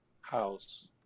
house